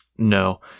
No